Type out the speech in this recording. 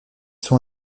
sont